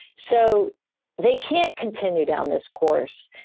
so they can't continue down this course.